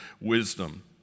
wisdom